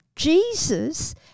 Jesus